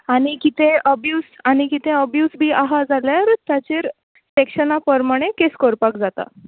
आनी कितें अब्यूजड आनी कितें अब्यूज बीन आसा जाल्यार ताचेर एकशना पोरमाणें केस करपाक जाता